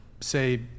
say